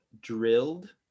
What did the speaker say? Drilled